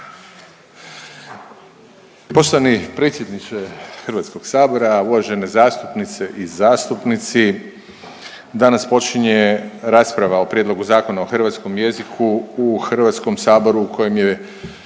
Poštovani predsjedniče Hrvatskog sabora, uvažene zastupnice i zastupnici, danas počinje rasprava o Prijedlogu Zakona o hrvatskom jeziku u Hrvatskom saboru u kojem je